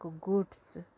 goods